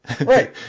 Right